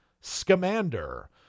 Scamander